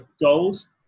goals